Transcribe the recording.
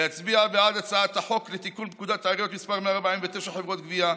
להצביע בעד הצעת החוק לתיקון פקודת העיריות (מס' 149) (חברות גבייה),